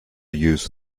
use